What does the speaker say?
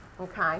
okay